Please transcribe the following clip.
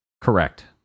Correct